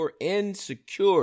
Insecure